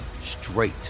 straight